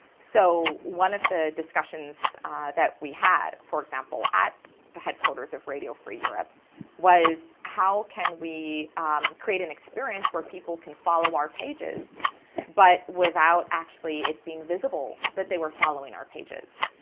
so one of the discussions that we had, for example, at the headquarters of radio free europe was how can we create an experience where people can follow our pages but without actually it being visible that they were following our pages,